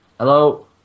Hello